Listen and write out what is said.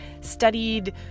studied